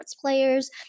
players